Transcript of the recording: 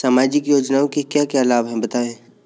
सामाजिक योजना से क्या क्या लाभ हैं बताएँ?